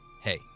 Hey